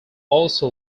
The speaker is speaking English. also